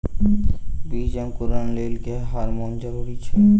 बीज अंकुरण लेल केँ हार्मोन जरूरी छै?